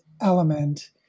element